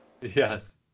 Yes